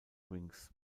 wings